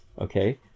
okay